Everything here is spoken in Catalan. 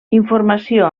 informació